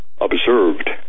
observed